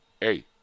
Hey